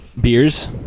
beers